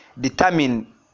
determine